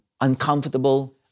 uncomfortable